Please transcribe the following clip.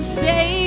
say